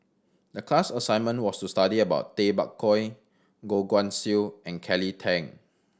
the class assignment was to study about Tay Bak Koi Goh Guan Siew and Kelly Tang